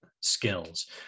skills